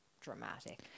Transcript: dramatic